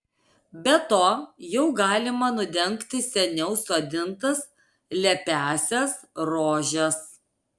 be to jau galima nudengti seniau sodintas lepiąsias rožes